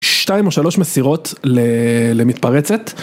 שתיים או שלוש מסירות ל... למתפרצת.